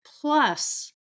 plus